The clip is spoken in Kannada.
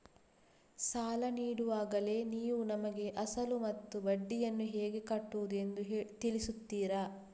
ಸಾಲ ನೀಡುವಾಗಲೇ ನೀವು ನಮಗೆ ಅಸಲು ಮತ್ತು ಬಡ್ಡಿಯನ್ನು ಹೇಗೆ ಕಟ್ಟುವುದು ಎಂದು ತಿಳಿಸುತ್ತೀರಾ?